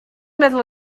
meddwl